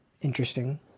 interesting